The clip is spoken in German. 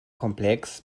komplex